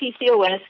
PCOS